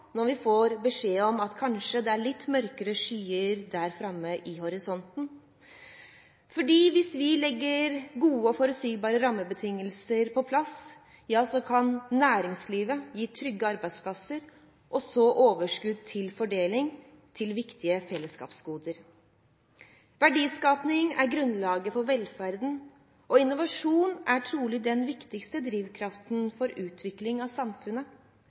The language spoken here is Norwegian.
når vi får beskjed om at det kanskje er litt mørkere skyer der framme i horisonten. For hvis vi legger gode og forutsigbare rammebetingelser på plass, kan næringslivet gi trygge arbeidsplasser og overskudd til fordeling til viktige fellesskapsgoder. Verdiskapning er grunnlaget for velferden, og innovasjon er trolig den viktigste drivkraften for utvikling av samfunnet.